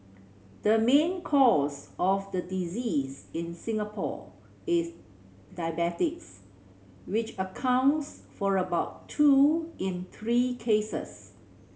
the main cause of the disease in Singapore is diabetes which accounts for about two in three cases